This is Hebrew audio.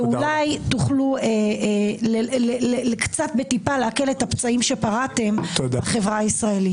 ואולי תוכלו בטיפה להקל את הפצעים שיצרתם בחברה הישראלית.